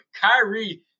Kyrie